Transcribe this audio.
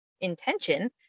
intention